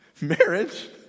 marriage